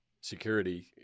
security